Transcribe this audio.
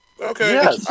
Okay